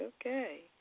Okay